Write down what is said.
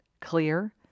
clear